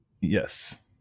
yes